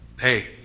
Hey